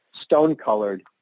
stone-colored